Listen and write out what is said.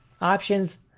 options